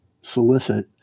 solicit